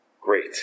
great